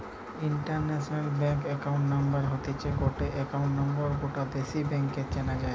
international bank account number হতিছে গটে account number যৌটা বিদেশী ব্যাংকে চেনা যাই